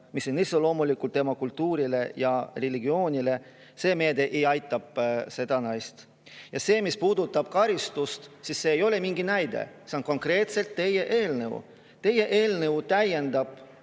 mis on iseloomulikud tema kultuurile ja religioonile, ei aita seda naist. Mis puudutab karistust, siis see ei ole mingi näide – see on konkreetselt teie eelnõus. Teie eelnõu täiendab